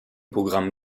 programm